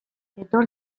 etor